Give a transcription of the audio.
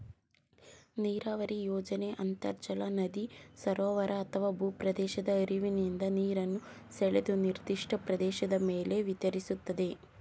ನೀರಾವರಿ ಯೋಜನೆ ಅಂತರ್ಜಲ ನದಿ ಸರೋವರ ಅಥವಾ ಭೂಪ್ರದೇಶದ ಹರಿವಿನಿಂದ ನೀರನ್ನು ಸೆಳೆದು ನಿರ್ದಿಷ್ಟ ಪ್ರದೇಶದ ಮೇಲೆ ವಿತರಿಸ್ತದೆ